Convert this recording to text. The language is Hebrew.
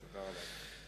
תודה רבה לך.